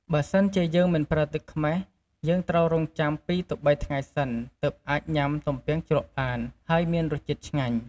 បើសិនជាយើងមិនប្រើទឹកខ្មេះ យើងត្រូវរង់ចាំ២ទៅ៣ថ្ងៃសិន ទើបអាចញុំាទំពាំងជ្រក់បាន ហើយមានរសជាតិឆ្ងាញ់។